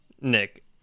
Nick